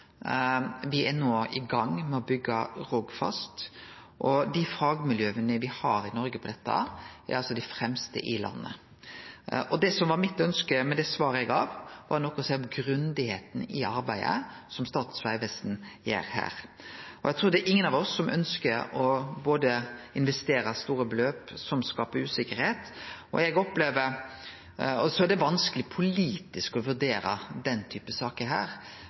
er no i gang med å bygge Rogfast, og dei fagmiljøa me har i Noreg på dette, er altså dei fremste i verda. Det som var mitt ønske med det svaret eg gav, var å seie noko om grundigheita i arbeidet som Statens vegvesen gjer her. Eg trur ikkje nokon av oss ønsker å investere store beløp som skapar usikkerheit. Så er det vanskeleg politisk å vurdere denne type saker,